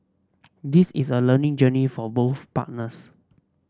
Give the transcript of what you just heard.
this is a learning journey for both partners